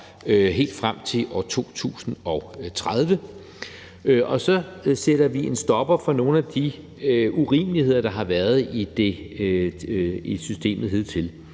helt frem til år 2030, og så sætter vi en stopper for nogle af de urimeligheder, der har været i systemet hidtil.